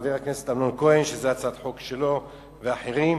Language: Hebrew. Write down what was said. חבר הכנסת אמנון כהן, שזו הצעת חוק שלו ושל אחרים.